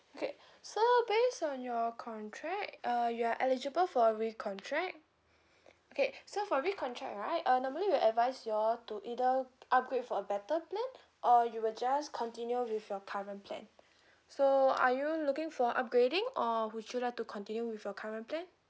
okay so based on your contract uh you are eligible for a recontract okay so for recontract right uh normally we'll advise you all to either upgrade for a better plan or you will just continue with your current plan so are you looking for upgrading or would you like to continue with your current plan